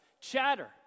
chatter